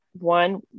one